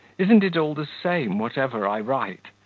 isn't it all the same whatever i write?